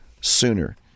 sooner